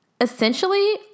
Essentially